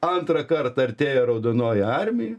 antrą kartą artėja raudonoji armija